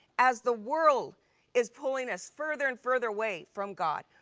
as the world is pulling us further and further away from god,